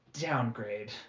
downgrade